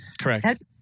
Correct